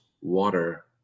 water